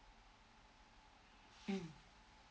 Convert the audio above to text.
mm